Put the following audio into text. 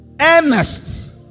earnest